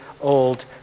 Old